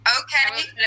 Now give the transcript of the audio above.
Okay